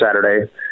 Saturday